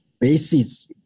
basis